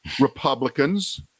Republicans